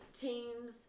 teams